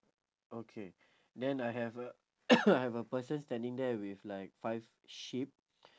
okay then I have a I have a person standing there with like five sheep